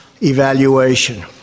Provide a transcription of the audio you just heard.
evaluation